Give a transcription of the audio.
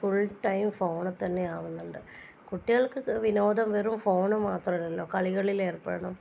full time ഫോണിൽ തന്നെ ആകുന്നുണ്ട് കുട്ടികൾക്ക് വിനോദം വെറും ഫോണ് മാത്രമല്ലല്ലോ കളികളിലേർപ്പെടണം